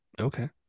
Okay